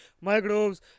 microbes